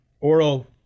oral